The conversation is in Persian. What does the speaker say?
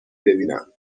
ببینم